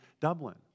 Dublin